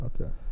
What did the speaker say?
okay